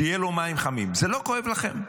שיהיו לו מים חמים, זה לא כואב לכם?